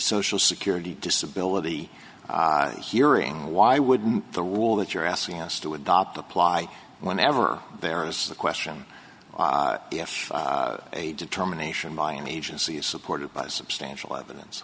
social security disability hearing why wouldn't the rule that you're asking us to adopt apply whenever there is a question if a determination by an agency is supported by substantial evidence